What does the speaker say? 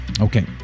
Okay